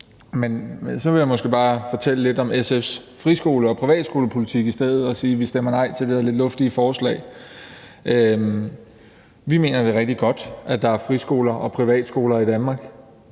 Men så vil jeg måske bare fortælle lidt om SF's friskole- og privatskolepolitik i stedet og sige, at vi stemmer nej til det her lidt luftige forslag. Vi mener, at det er rigtig godt, at der er friskoler og privatskoler i Danmark.